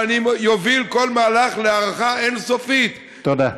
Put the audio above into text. אבל אני אוביל כל מהלך להארכה אין-סופית, תודה.